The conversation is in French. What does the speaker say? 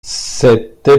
cette